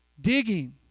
digging